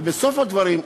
ובסוף הדברים,